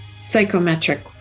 psychometric